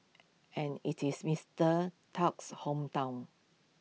and IT is Mister Tusk's hometown